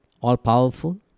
all-powerful